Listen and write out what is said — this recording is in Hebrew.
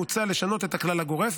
מוצע לשנות את הכלל הגורף,